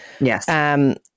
Yes